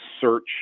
search